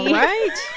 right